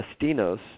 Destinos